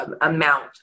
amount